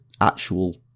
actual